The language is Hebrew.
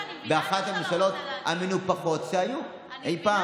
באחת הממשלות המנופחות שהיו אי פעם.